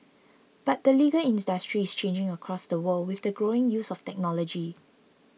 but the legal industry is changing across the world with the growing use of technology